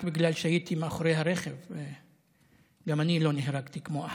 רק בגלל שהייתי מאחורי הרכב לא נהרגתי גם אני כמו אחמד.